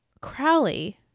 crowley